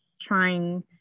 trying